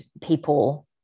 people